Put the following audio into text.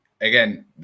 again